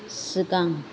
सिगां